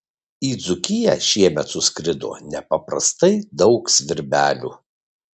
į dzūkiją šiemet suskrido nepaprastai daug svirbelių